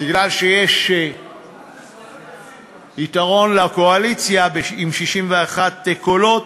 מכיוון שיש יתרון לקואליציה, עם 61 קולות,